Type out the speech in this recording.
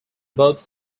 both